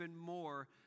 more